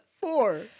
Four